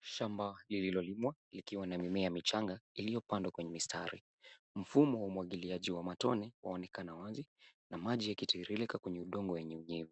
Shamba, lililolimwa, likiwa na mimea michanga, iliyopandwa kwenye mistari. Mfumo wa umwagiliaji wa matone, waonekana wazi na maji yakitiririka kwenye udongo ya unyevunyevu.